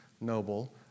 noble